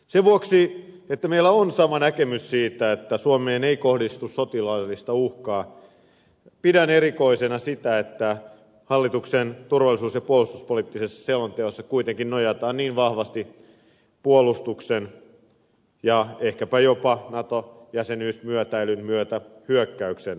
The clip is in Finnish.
sen vuoksi että meillä on sama näkemys siitä että suomeen ei kohdistu sotilaallista uhkaa pidän erikoisena sitä että hallituksen turvallisuus ja puolustuspoliittisessa selonteossa kuitenkin nojataan niin vahvasti puolustuksen ja ehkäpä jopa nato jäsenyysmyötäilyn myötä hyökkäyksen puolelle